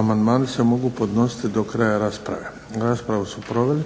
Amandmani se mogu podnositi do kraja rasprave. Raspravu su proveli